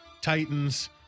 Titans